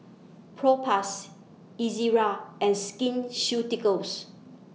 Propass Ezerra and Skin Ceuticals